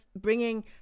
bringing